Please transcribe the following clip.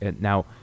Now